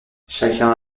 chacun